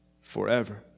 forever